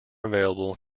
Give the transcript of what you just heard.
available